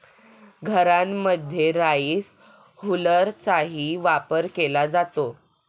घरांमध्ये राईस हुलरचाही वापर केला जातो